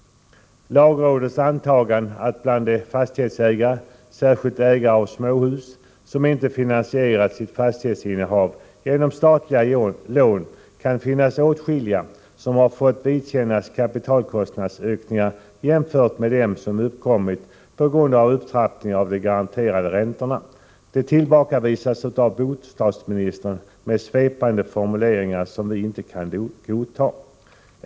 Lagrådets antagande att det bland de fastighetsägare — särskilt ägare av småhus — som inte finansierat sitt fastighetsinnehav genom statliga lån, kan finnas åtskilliga som har fått vidkännas kapitalkostnadsökningar jämförbara med dem som uppkommit på grund av upptrappningen av de garanterade räntorna, tillbakavisas av bostadsministern med svepande formuleringar som utskottet inte kan godta.